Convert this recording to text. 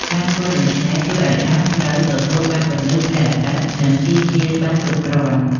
ការធ្វើដូច្នេះ ជួយឱ្យដើមស្រូវទទួលបានពន្លឺព្រះអាទិត្យ និងជីជាតិបានគ្រប់គ្រាន់។